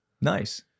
Nice